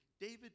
David